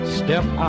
step